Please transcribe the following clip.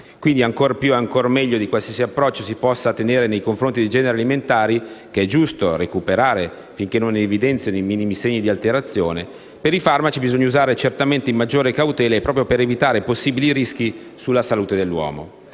Quindi, ancor più e ancora meglio di qualsiasi approccio si possa tenere nei confronti dei generi alimentari, che è giusto recuperare finché non evidenzino i minimi segni di alterazioni, per i farmaci bisogna usare certamente maggiore cautela proprio per evitare possibili rischi sulla salute dell'uomo.